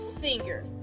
singer